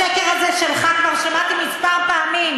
את השקר הזה שלך כבר שמעתי כמה פעמים.